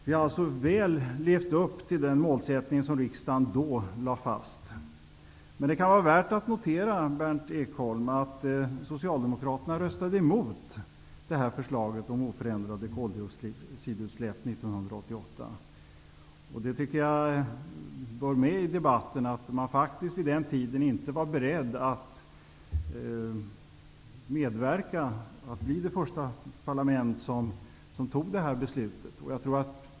Vi har alltså väl levt upp till den målsättning som riksdagen då lade fast. Det kan vara värt att notera, Berndt Ekholm, att Socialdemokraterna röstade emot förslaget om oförändrade koldioxidutsläpp 1988. Jag tycker att det bör nämnas i debatten att Socialdemokraterna vid den tiden inte var beredda att medverka till att riksdagen blev det första parlament som fattade detta beslut.